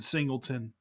Singleton